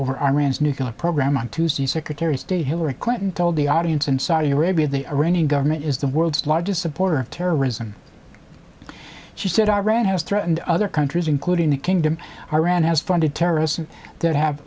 over iran's nuclear program on tuesday secretary of state hillary clinton told the audience and saudi arabia the iranian government is the world's largest supporter of terrorism she said iran has threatened other countries including the kingdom iran has funded terrorists that have